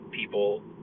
people